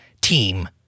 team